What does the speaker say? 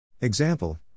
Example